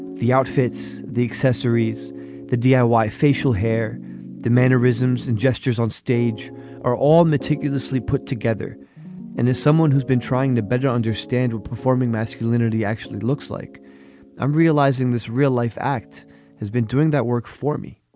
the outfits the accessories the diy ah facial hair the mannerisms and gestures on stage are all meticulously put together and as someone who's been trying to better understand what performing masculinity actually looks like i'm realizing this real life act has been doing that work for me.